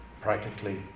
practically